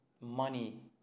money